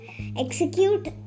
execute